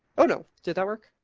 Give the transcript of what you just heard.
oh no. did that work?